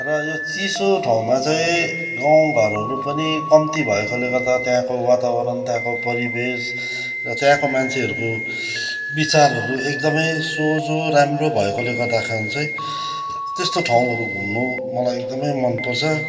र यो चिसो ठाउँमा चाहिँ गाउँघरहरू पनि कम्ती भएकोले गर्दा त्यहाँको वातावरण त्यहाँको परिवेश र त्यहाँको मान्छेहरूको विचारहरू एकदमै सोझो राम्रो भएकोले गर्दाखेरि चाहिँ त्यस्तो ठाउँहरू घुम्नु मलाई एकदमै मनपर्छ